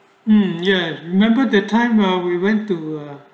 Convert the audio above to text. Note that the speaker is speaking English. mm yes remember that time ah we went to uh